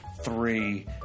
Three